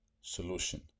solution